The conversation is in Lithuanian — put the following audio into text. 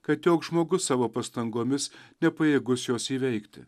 kad joks žmogus savo pastangomis nepajėgus jos įveikti